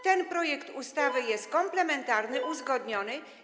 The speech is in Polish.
Ten projekt ustawy jest komplementarny, uzgodniony.